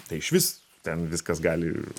tai išvis ten viskas gali